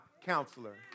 counselor